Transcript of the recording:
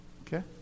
okay